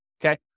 Okay